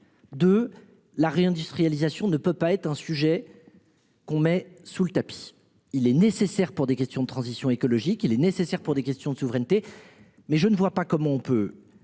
de la réindustrialisation, ne peut pas être un sujet. Qu'on met sous le tapis. Il est nécessaire pour des questions de transition écologique. Il est nécessaire pour des questions de souveraineté. Mais je ne vois pas comment on peut,